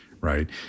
right